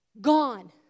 Gone